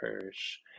perish